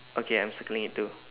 okay I'm circling it too